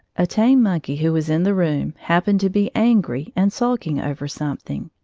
a tame monkey who was in the room happened to be angry and sulking over something.